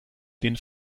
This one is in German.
den